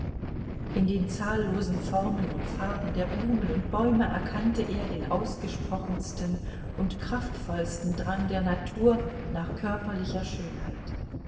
in den zahllosen formen und farben der blumen und bäume erkannte er den ausgesprochensten und kraftvollsten drang der natur nach körperlicher schönheit